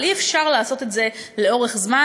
אבל אי-אפשר לעשות את זה לאורך זמן,